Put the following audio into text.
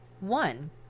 one